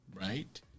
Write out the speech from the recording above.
Right